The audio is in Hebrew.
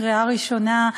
לקריאה ראשונה,